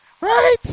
Right